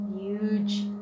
huge